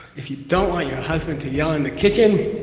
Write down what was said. if you don't want your husband to yell in the kitchen.